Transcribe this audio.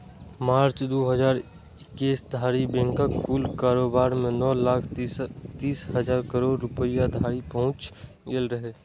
मार्च, दू हजार इकैस धरि बैंकक कुल कारोबार नौ लाख तीस हजार करोड़ रुपैया धरि पहुंच गेल रहै